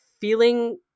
feeling